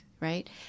right